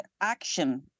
Action